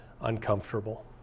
uncomfortable